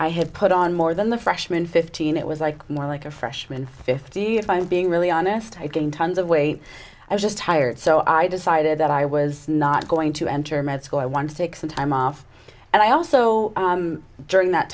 i had put on more than the freshman fifteen it was like more like a freshman fifty if i was being really honest i getting tons of weight i was just tired so i decided that i was not going to enter med school i wanted to take some time off and i also during that